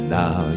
now